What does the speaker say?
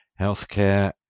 healthcare